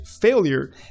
failure